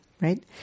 right